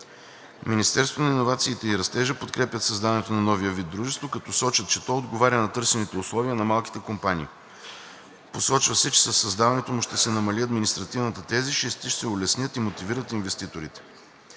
Министерството на иновациите и растежа подкрепят създаването на новия вид дружество, като сочат, че дружеството с променлив капитал отговаря на търсените условия на малките компании. Посочва се, че със създаването му ще се намали административната тежест и ще се улеснят и мотивират инвеститорите.